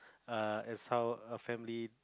err as how a family